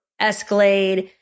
Escalade